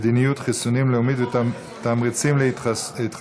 (מס' 34) (מדיניות חיסונים לאומית ותמריצים להתחסנות),